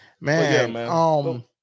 Man